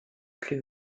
plus